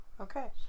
okay